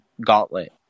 gauntlet